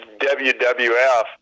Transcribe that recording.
WWF